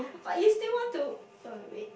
but you still want to uh wait